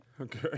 Okay